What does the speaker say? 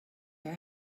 your